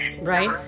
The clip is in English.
Right